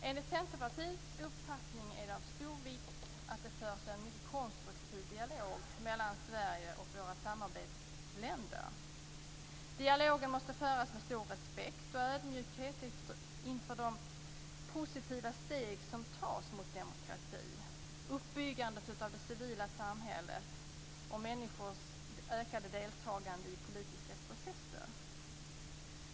Enligt Centerpartiets uppfattning är det av stor vikt att det förs en mycket konstruktiv dialog mellan Sverige och våra samarbetsländer. Dialogen måste föras med stor respekt och ödmjukhet inför de positiva steg som tas mot demokrati, uppbyggande av det civila samhället och människors ökade deltagande i politiska processer.